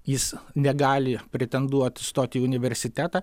jis negali pretenduoti stoti į universitetą